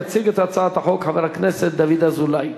יציג את הצעת החוק חבר הכנסת דוד אזולאי.